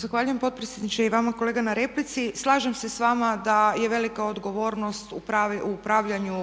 Zahvaljujem potpredsjedniče i vama kolega na replici. Slažem se sa vama da je velika odgovornost u upravljanju